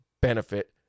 benefit